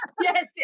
yes